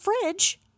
fridge